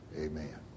Amen